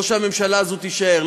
או שהממשלה הזאת תישאר.